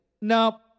No